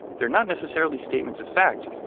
they're not necessarily statements of fact.